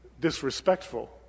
disrespectful